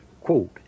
Quote